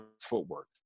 Footwork